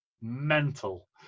Mental